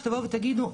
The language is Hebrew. שתבואו ותגידו,